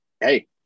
hey